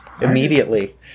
immediately